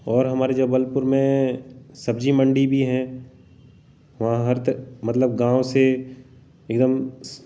और हमारे जबलपुर में सब्जी मंडी भी है वहाँ हर मतलब गाँव से एकदम